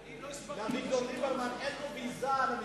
לאביגדור ליברמן אין ויזה למצרים.